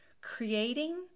creating